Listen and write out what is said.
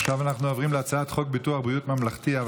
עכשיו אנחנו עוברים להצעת חוק ביטוח בריאות ממלכתי (תיקון,